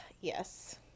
Yes